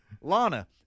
Lana